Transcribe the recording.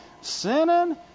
sinning